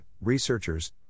researchers